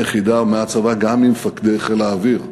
מהיחידה, גם ממפקדי חיל האוויר,